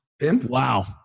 Wow